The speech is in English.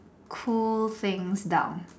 cool things down